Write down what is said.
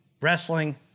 Wrestling